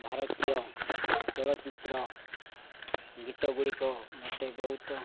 ଭାରତୀୟ ଚଳଚ୍ଚିତ୍ର ଗୀତଗୁଡ଼ିକ ମୋତେ ବହୁତ